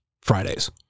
Fridays